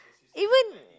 even